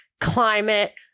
climate